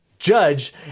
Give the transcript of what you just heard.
judge